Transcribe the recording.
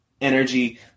energy